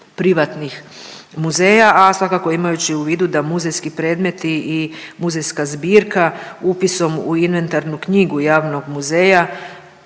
privatnih muzeja, a svakako imajući u vidu da muzejski predmeti i muzejska zbirka upisom u inventarnu knjigu javnog muzeja